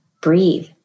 breathe